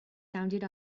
sounded